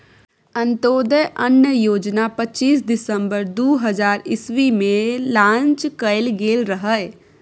अंत्योदय अन्न योजना पच्चीस दिसम्बर दु हजार इस्बी मे लांच कएल गेल रहय